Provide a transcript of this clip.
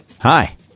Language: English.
hi